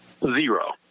Zero